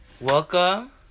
Welcome